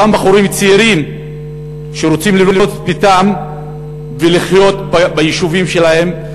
אותם בחורים צעירים שרוצים לבנות את ביתם ולחיות ביישובים שלהם,